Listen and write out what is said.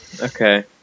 Okay